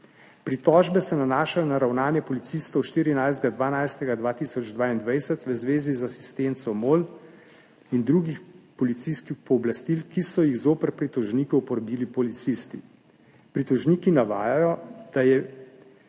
Pritožbe se nanašajo na ravnanje policistov 14. 12. 2022 v zvezi z asistenco MOL in drugih policijskih pooblastil, ki so jih zoper pritožnike uporabili policisti. Pritožniki navajajo, da